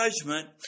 judgment